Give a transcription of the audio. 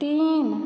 तीन